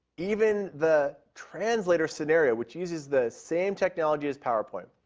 even the translator scenario, which uses the same technology as powerpoint.